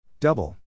Double